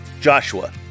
Joshua